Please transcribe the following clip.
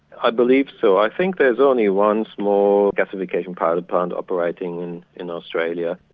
i believe so. i think there's only one small gasification pilot plant operating in in australia.